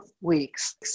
weeks